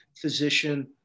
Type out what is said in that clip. physician